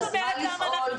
תוכנית קרב חזרה לפעול.